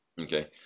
Okay